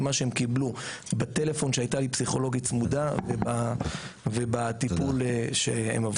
מה שהם קיבלו בטלפון שהייתה לי פסיכולוגית צמודה ובטיפול שהם עברו.